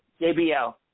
JBL